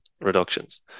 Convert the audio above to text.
reductions